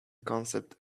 concept